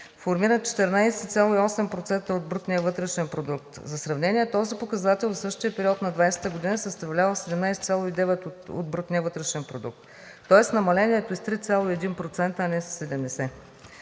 формира 14,8% от брутния вътрешен продукт. За сравнение, този показател за същия период на 2020 г. съставлява 17,9 от брутния вътрешен продукт, тоест намалението е с 3,1%, а не със 70.